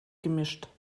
gemischt